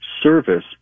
service